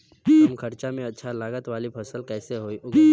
कम खर्चा में अच्छा लागत वाली फसल कैसे उगाई?